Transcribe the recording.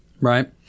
Right